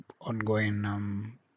ongoing